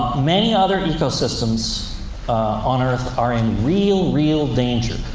many other ecosystems on earth are in real, real danger.